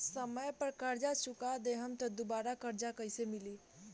समय पर कर्जा चुका दहम त दुबाराकर्जा कइसे मिली?